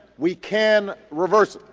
we can reverse it.